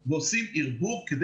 וכולי.